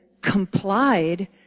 complied